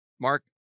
Mark